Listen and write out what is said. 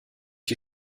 die